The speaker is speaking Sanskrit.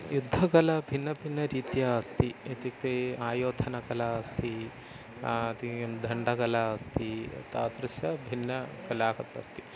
युद्धकला भिन्नभिन्नरीत्या अस्ति इत्युक्ते आयोधनकला अस्ति अति दण्डकला अस्ति तादृश भिन्न कलाः अस्ति